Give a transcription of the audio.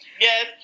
Yes